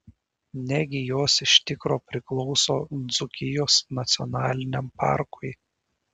negi jos iš tikro priklauso dzūkijos nacionaliniam parkui